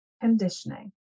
conditioning